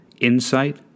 insight